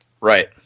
Right